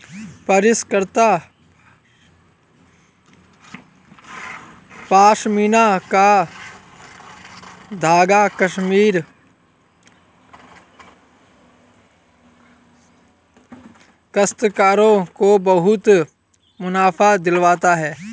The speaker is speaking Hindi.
परिष्कृत पशमीना का धागा कश्मीरी काश्तकारों को बहुत मुनाफा दिलवाता है